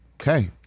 Okay